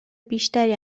بیشتری